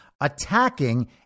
attacking